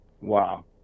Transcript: Wow